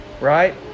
Right